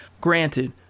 granted